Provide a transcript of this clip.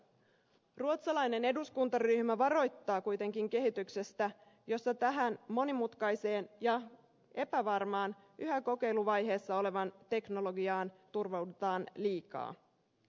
ruotsalainen eduskuntaryhmä varoittaa kuitenkin kehityksestä jossa tähän monimutkaiseen ja epävarmaan yhä kokeiluvaiheessa olevaan teknologiaan turvaudutaan liikaa